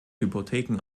hypotheken